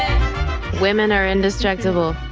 women are indestructible